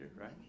right